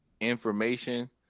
information